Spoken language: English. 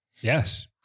Yes